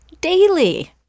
daily